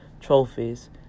trophies